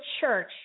church